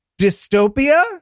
dystopia